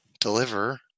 deliver